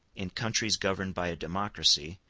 in countries governed by a democracy,